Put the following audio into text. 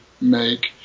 make